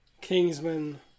Kingsman